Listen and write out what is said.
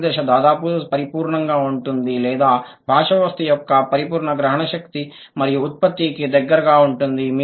చివరి దశ దాదాపుగా పరిపూర్ణంగా ఉంటుంది లేదా భాషా వ్యవస్థ యొక్క పరిపూర్ణ గ్రహణశక్తి మరియు ఉత్పత్తికి దగ్గరగా ఉంటుంది